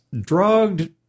drugged